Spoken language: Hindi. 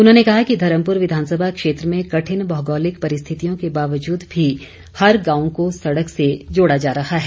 उन्होंने कहा कि धर्मपुर विधानसभा क्षेत्र में कठिन भौगोलिक परिस्थितियों के बावजूद भी हर गांव को सड़क से जोड़ा जा रहा है